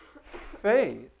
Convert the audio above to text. Faith